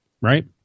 Right